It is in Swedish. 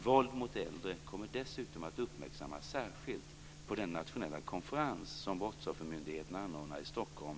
Våld mot äldre kommer dessutom att uppmärksammas särskilt på den nationella konferens som